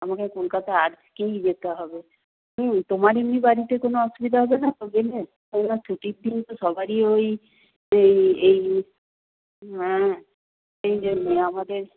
আমাকে কলকাতা আজকেই যেতে হবে তোমার এমনি বাড়িতে কোনো অসুবিধা হবে না তো গেলে ছুটির দিন তো সবারই ওই এই এই হ্যাঁ এই জন্যই আমাদের